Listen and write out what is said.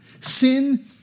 Sin